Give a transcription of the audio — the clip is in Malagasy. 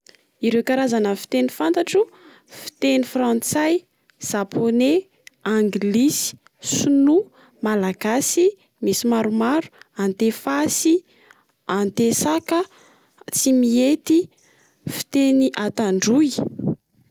Ireo karazana fiteny fantatro: fiteny frantsay, zapone ,anglisy ,sinoa, malagasy. Misy maromaro: antefasy antesaka tsimiety fiteny antandroy.